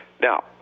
Now